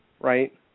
right